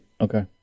Okay